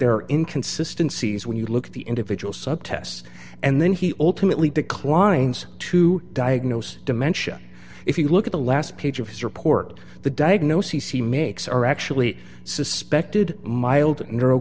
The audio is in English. there inconsistency is when you look at the individual sub tests and then he ultimately declines to diagnose dementia if you look at the last page of his report the diagnoses he makes are actually suspected mild